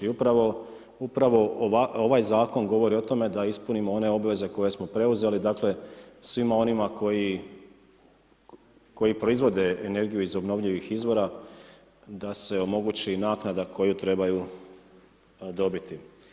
Upravo, upravo ovaj zakon govori o tome da ispunimo one obveze koje smo preuzeli, dakle svima onima koji proizvode energiju iz obnovljivih izvora da se omogući naknada koju trebaju dobiti.